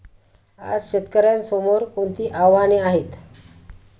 आज शेतकऱ्यांसमोर कोणती आव्हाने आहेत?